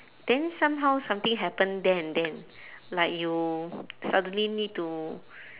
then somehow something happen there and then like you suddenly need to